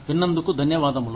విన్నందుకు ధన్యవాదములు